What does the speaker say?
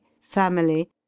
family